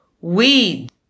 weed